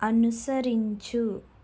అనుసరించు